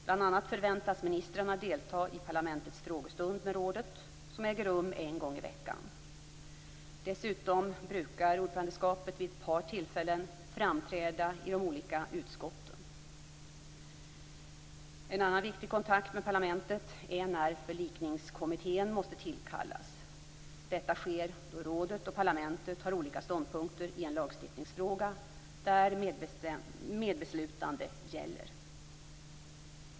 Bl.a. förväntas ministrarna delta i parlamentets frågestund med rådet som äger rum en gång i veckan. Dessutom brukar ordförandeskapet vid ett par tillfällen framträda i de olika utskotten. En annan viktig kontakt med parlamentet är när förlikningskommittén måste tillkallas. Detta sker då rådet och parlamentet har olika ståndpunkter i en lagstiftningsfråga där medbeslutande gäller.